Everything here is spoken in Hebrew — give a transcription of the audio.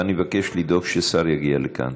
ואני מבקש לדאוג ששר יגיע לכאן.